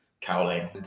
cowling